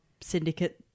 syndicate